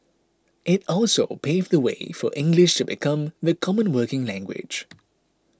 it also paved the way for English to become the common working language